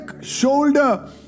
shoulder